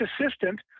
assistant